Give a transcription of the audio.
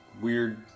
weird